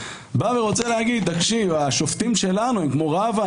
בא ורוצה להגיד: השופטים שלנו הם כמו רבא,